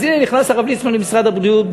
אז הנה נכנס הרב ליצמן למשרד הבריאות.